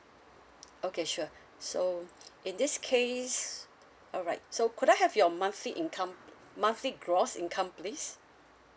okay sure so in this case all right so could I have your monthly income monthly gross income please